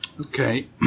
Okay